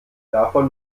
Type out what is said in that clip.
davon